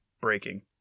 breaking